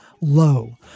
Low